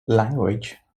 language